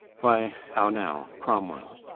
why how now cromwell?